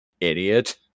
idiot